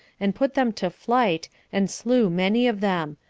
and put them to flight, and slew many of them,